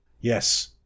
Yes